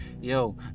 Yo